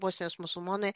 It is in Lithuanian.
bosnijos musulmonai